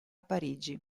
parigi